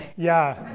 yeah.